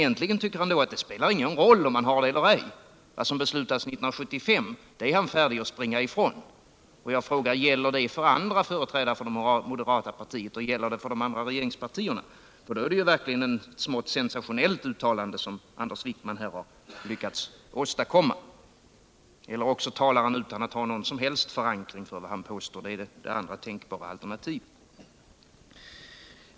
Egentligen tycker Anders Wijkman att det spelar ingen roll om man har den ambitionen eller ej. Vad som beslutades 1975 är han färdig att springa ifrån, och jag frågar: Gäller det för andra företrädare för moderata samlingspartiet, och gäller det för de andra regeringspartierna? I så fall är det ju ett smått sensationellt uttalande som Anders Wijkman här har lyckats ästadkomma. Eller också talar han utan att ha någon som helst förankring för vad han påstår — det är det andra tänkbara alternativet.